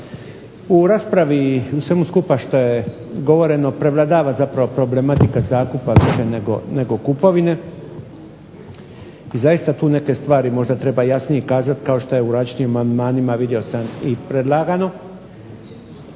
U raspravi u svemu skupa što je govoreno prevladava zapravo problematika zakupa …/Ne razumije se./… nego kupovine i zaista tu neke stvari možda treba jasnije kazat kao što je u različitim amandmanima vidio sam i predlagano.